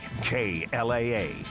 KLAA